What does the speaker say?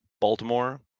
Baltimore